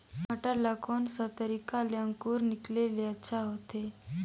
मटर ला कोन सा तरीका ले अंकुर निकाले ले अच्छा होथे?